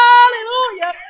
Hallelujah